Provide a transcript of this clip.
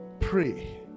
Pray